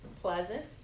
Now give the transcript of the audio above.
pleasant